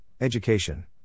Education